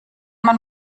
man